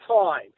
time